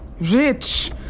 rich